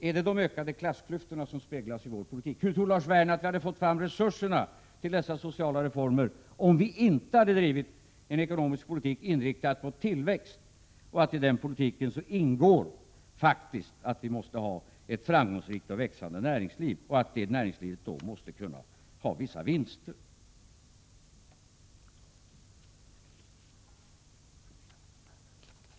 Är det de ökade klassklyftorna som speglas i vår politik? Hur tror Lars Werner att vi hade fått fram resurserna till dessa sociala reformer om vi inte hade drivit en ekonomisk politik inriktad på tillväxt? I den politiken ingår faktiskt som en nödvändighet ett framgångsrikt och växande näringsliv, och det näringslivet måste kunna göra vissa vinster.